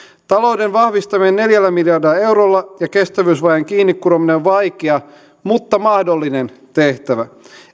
talouden vahvistaminen neljällä miljardilla eurolla ja kestävyysvajeen kiinnikurominen on vaikea mutta mahdollinen tehtävä